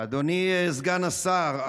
אדוני סגן השר,